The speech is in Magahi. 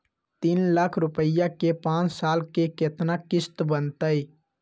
तीन लाख रुपया के पाँच साल के केतना किस्त बनतै?